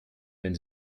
wenn